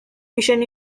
mission